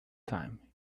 time